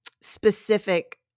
specific